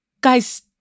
guys